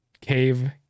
cave